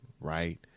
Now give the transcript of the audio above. right